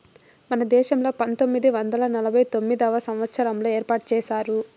మన దేశంలో పంతొమ్మిది వందల నలభై తొమ్మిదవ సంవచ్చారంలో ఏర్పాటు చేశారు